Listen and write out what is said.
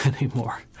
anymore